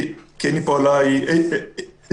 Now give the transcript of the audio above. כי אין לי פה עליי את הנתונים,